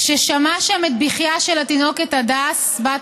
כששמע שם את בכייה של התינוקת הדס בת